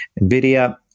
Nvidia